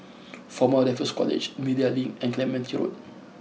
former Raffles College Media Link and Clementi Road